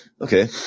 Okay